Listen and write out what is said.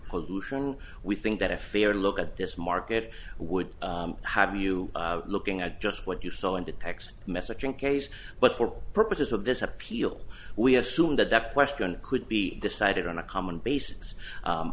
pollution we think that a fair look at this market would have you looking at just what you saw in the text messaging case but for purposes of a this appeal we assume that that question could be decided on a common basis